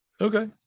Okay